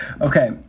Okay